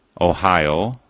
Ohio